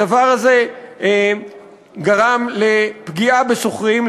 הדבר הזה גרם לפגיעה בשוכרים,